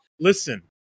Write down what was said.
Listen